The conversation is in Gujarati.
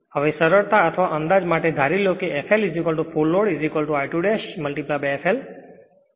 હવે સરળતા અથવા અંદાજ માટે ધરી લો કે flફુલ લોડ I2 fl